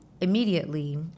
immediately